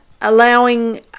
allowing